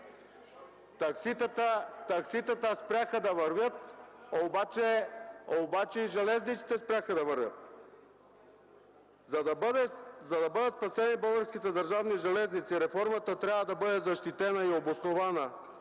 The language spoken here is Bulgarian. Такситата спряха да вървят, но и железниците спряха да вървят. За да бъдат спасени Българските държавни железници, реформата трябва да бъде защитена и обоснована